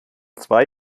zwei